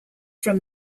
from